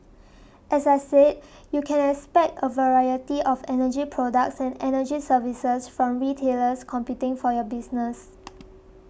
as I said you can expect a variety of energy products and energy services from retailers competing for your business